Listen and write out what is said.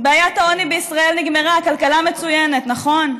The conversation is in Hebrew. בעיית העוני בישראל נגמרה, הכלכלה מצוינת, נכון?